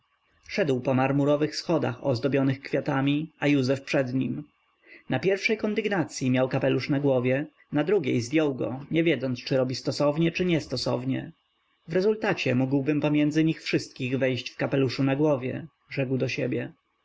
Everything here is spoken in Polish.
szedł po marmurowych schodach ozdobionych kwiatami a józef przed nim na pierwszej kondygnacyi miał kapelusz na głowie na drugiej zdjął go nie wiedząc czy robi stosownie czy nie stosownie w rezultacie mógłbym między nich wszystkich wejść w kapeluszu na głowie rzekł do siebie